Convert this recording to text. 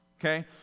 okay